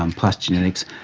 um plus genetics,